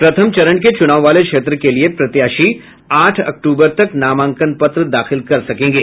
प्रथम चरण के चुनाव वाले क्षेत्र के लिए प्रत्याशी आठ अक्टूबर तक नामांकन पत्र दाखिल कर सकेंगे